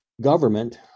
government